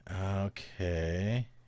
Okay